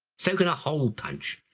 so can a hole punch,